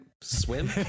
swim